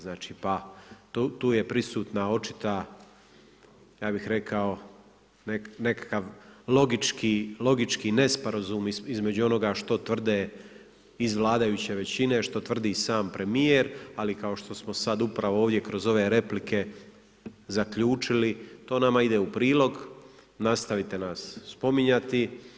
Znači, pa tu je prisutna očita, ja bih rekao nekakav logički nesporazum između onoga što tvrde iz vladajuće većine, što tvrdi sam premijer, ali kao što smo sad upravo ovdje kroz ove replike zaključili, to nama ide u prilog, nastavite nas spominjati.